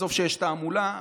עזוב שיש תעמולה,